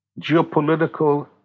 geopolitical